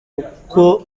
kuko